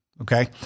Okay